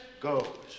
goes